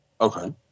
Okay